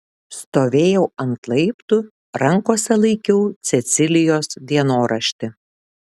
stovėjau ant laiptų rankose laikiau cecilijos dienoraštį